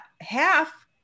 half